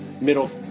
middle